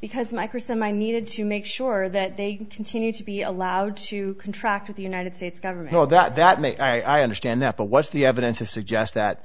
because microsoft i needed to make sure that they continued to be allowed to contract with the united states government know that that may i understand that the what's the evidence to suggest that